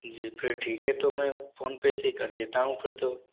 जी फिर ठीक है तो मैं फ़ोन पे से ही कर देता हूँ फिर तो